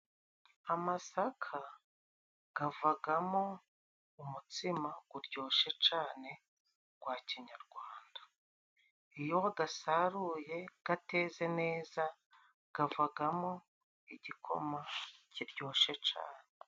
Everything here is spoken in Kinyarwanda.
Amasaka gavagamo umutsima guryoshye cane gwa kinyarwanda. Iyo wagasaruye gateze neza, gavagamo igikoma kiryoshe cane.